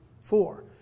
Four